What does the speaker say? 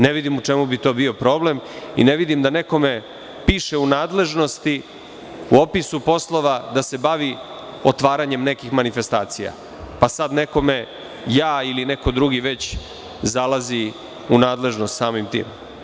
Ne vidim u čemu bi tu bio problem i ne vidim da nekome piše u nadležnosti, u opisu poslova da se bavi otvaranjem nekih manifestacija, pa sad nekome ja ili neko drugi već zalazi u nadležnost samim tim.